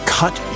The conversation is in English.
cut